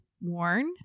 warn